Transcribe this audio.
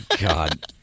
God